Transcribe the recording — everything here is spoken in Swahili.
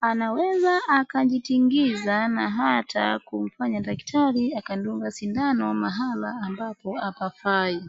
anaweza akajitingiza na hata kumfanya daktari akadunga sindano mahala ambapo hapafai.